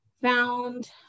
found